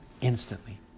instantly